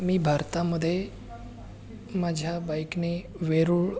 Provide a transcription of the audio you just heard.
मी भारतामध्ये माझ्या बाईकने वेरूळ